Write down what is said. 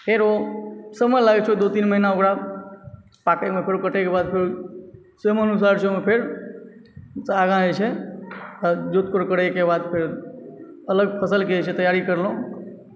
फेरो समय लागैत छै दू तीन महीना ओकरा पाकयमे फेरो कटयके बाद फेरो समय अनुसार होइ छै ओहिमे फेर आगाँ जे छै जोत कोड़ करयके बाद फेर अलग फसलके जे छै से तैआरी करलहुँ